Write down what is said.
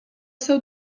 seu